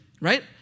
right